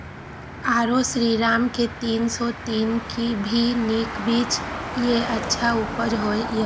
आरो श्रीराम के तीन सौ तीन भी नीक बीज ये अच्छा उपज होय इय?